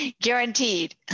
Guaranteed